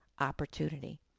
opportunity